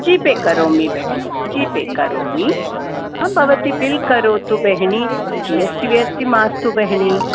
जिपे करोमि बेहिनी जिपे करोमि भवती बिल् करोतु बेहिनी जि एस् टि वि एस् टि मास्तु बेहिनी